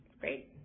Great